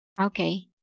Okay